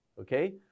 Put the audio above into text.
okay